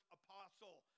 apostle